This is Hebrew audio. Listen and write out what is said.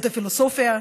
את הפילוסופיה,